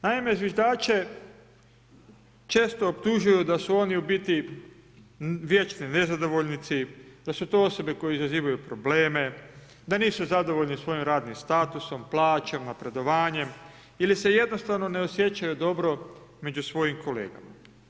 Naime, zviždače često optužuju da su oni u biti vječni nezadovoljnici, da su to osobe koje izazivaju probleme, da nisu zadovoljni svojim radnim statusom, plaćom, napredovanjem ili se jednostavno ne osjećaju dobro među svojim kolegama.